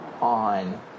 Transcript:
on